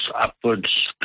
upwards